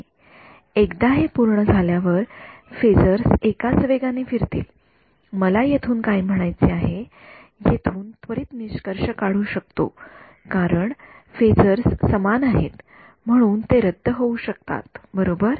एकदा हे पूर्ण झाल्यावर फेजर्स एकाच वेगाने फिरतील मला येथून काय म्हणायचे आहे येथून त्वरित निष्कर्ष काढू शकतो कारण फेजर्स समान आहेत म्हणून ते रद्द होऊ शकतात बरोबर